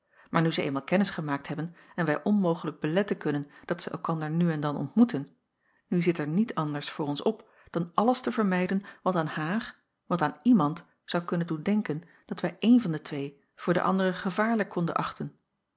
maar nu zij eenmaal kennis gemaakt hebben en wij onmogelijk beletten kunnen dat zij elkander nu en dan ontmoeten nu zit er niet anders voor ons op dan alles te vermijden wat aan haar wat aan iemand zou kunnen doen denken dat wij een van de twee voor de andere gevaarlijk konden achten